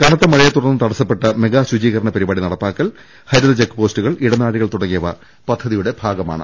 കനത്ത മഴയെത്തുടർന്ന് തടസ്സപ്പെട്ട മെഗാ ശുചീകരണ പരിപാടി നടപ്പാക്കൽ ഹരിത ചെക്ക് പോസ്റ്റുകൾ ഇടനാഴികൾ തുടങ്ങിയവ പദ്ധതിയുടെ ഭാഗമാണ്